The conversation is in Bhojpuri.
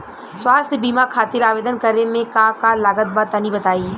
स्वास्थ्य बीमा खातिर आवेदन करे मे का का लागत बा तनि बताई?